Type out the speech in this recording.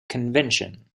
convention